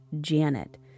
Janet